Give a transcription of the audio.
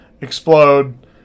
explode